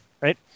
right